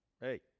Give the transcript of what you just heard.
Hey